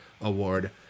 award